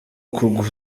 kugura